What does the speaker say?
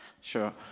Sure